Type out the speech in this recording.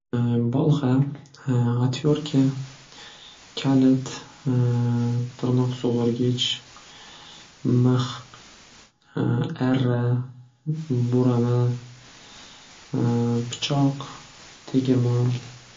bolg'a, atyorka, kalit, tirnoq sug'irgich, mix, arra, burama, pichoq, tegirmon.